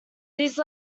these